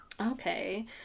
okay